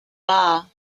bar